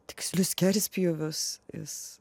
tikslius skerspjūvius jis